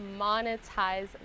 monetize